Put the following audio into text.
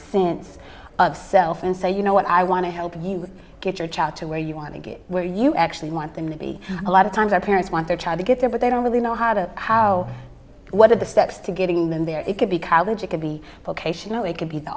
sense of self and say you know what i want to help you get your child to where you want to get where you actually want them to be a lot of times our parents want their child to get there but they don't really know how to how what are the steps to getting them there it could be cow that you could be vocational it could be the